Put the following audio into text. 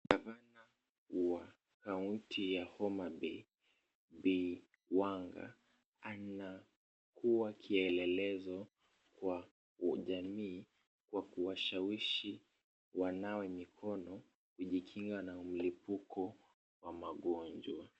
Gavana wa kaunti ya Homabay bi Wanga anakuwa kielelezo kwa jamii kwa kuwashawishi wanawe mkono kujikinga na mlipuko wa magonjwa.